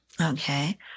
Okay